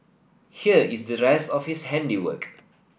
here is the rest of his handiwork